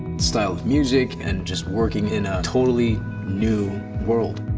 style of music and just working in a totally new world.